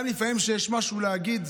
לפעמים כשיש משהו להגיד,